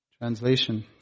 Translation